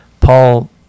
Paul